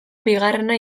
bigarrena